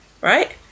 right